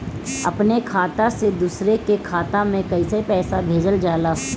अपने खाता से दूसरे के खाता में कईसे पैसा भेजल जाला?